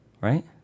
right